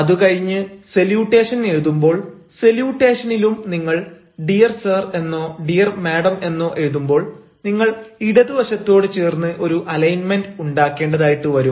അതുകഴിഞ്ഞ് സല്യൂട്ടേഷൻ എഴുതുമ്പോൾ സല്യൂട്ടേഷനിലും നിങ്ങൾ ഡിയർ സാർ എന്നോ ഡിയർ മാഡം എന്നോ എഴുതുമ്പോൾ നിങ്ങൾ ഇടതുവശത്തോട് ചേർന്ന് ഒരു അലൈൻമെന്റ് ഉണ്ടാക്കേണ്ടതായിട്ട് വരും